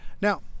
Now